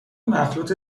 مخلوط